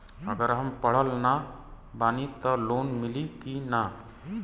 अगर हम पढ़ल ना बानी त लोन मिली कि ना?